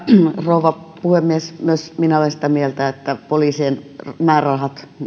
rouva puhemies myös minä olen sitä mieltä että poliisien määrärahat